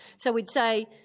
so we'd say,